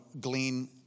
glean